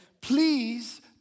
please